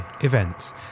events